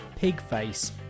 Pigface